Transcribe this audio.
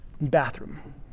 bathroom